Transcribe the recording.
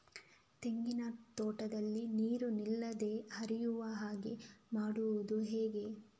ತೆಂಗಿನ ತೋಟದಲ್ಲಿ ನೀರು ನಿಲ್ಲದೆ ಹರಿಯುವ ಹಾಗೆ ಮಾಡುವುದು ಹೇಗೆ?